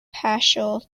paschal